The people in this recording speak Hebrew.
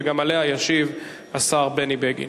גם עליה ישיב השר בני בגין